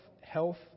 health